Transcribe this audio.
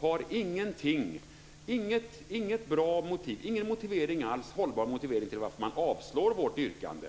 Man har ingen hållbar motivering till varför man avslår vårt yrkande.